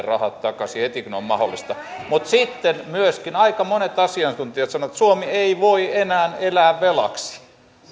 rahat takaisin heti kun on mahdollista mutta sitten myöskin aika monet asiantuntijat sanovat että suomi ei voi enää elää velaksi